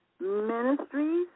Ministries